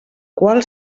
qual